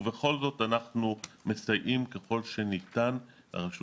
ובכל זאת אנחנו מסייעים ככל שניתן לרשות